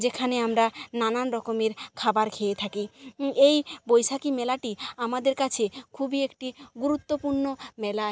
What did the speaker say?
যেখানে আমরা নানান রকমের খাবার খেয়ে থাকি এই বৈশাকী মেলাটি আমাদের কাছে খুবই একটি গুরুত্বপূর্ণ মেলা